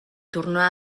torna